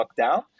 lockdown